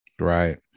Right